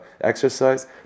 exercise